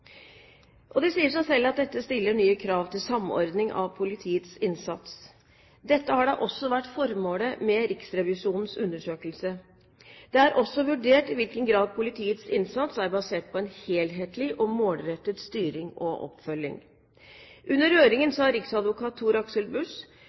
kriminalitet. Det sier seg selv at dette stiller nye krav til samordning av politiets innsats. Dette har da også vært formålet med Riksrevisjonens undersøkelse. Det er også vurdert i hvilken grad politiets innsats er basert på en helhetlig og målrettet styring og oppfølging. Under høringen